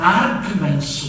arguments